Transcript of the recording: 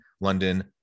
London